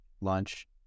lunch